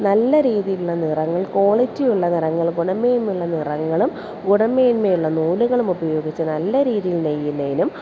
നല്ല രീതിയിലുള്ള നിറങ്ങൾ ക്വാളിറ്റിയുള്ള നിറങ്ങൾ ഗുണമേന്മയുള്ള നിറങ്ങളും ഗുണമേന്മയുള്ള നൂലുകളും ഉപയോഗിച്ച് നല്ല രീതിയിൽ നെയ്യുന്നതിനും